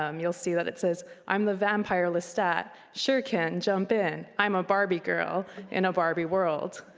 um you'll see that it says, i'm the vampire lestat. shirkan jump in. i'm a barbie girl in a barbie world.